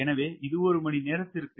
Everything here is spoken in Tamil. எனவே இது ஒரு மணி நேரத்திற்கு